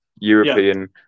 European